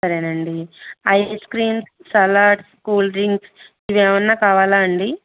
సరే అండి ice creams salad cool drinks ఇవి మైనా కావాలా అండి